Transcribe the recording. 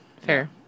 Fair